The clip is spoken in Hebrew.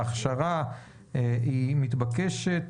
ההכשרה היא מתבקשת.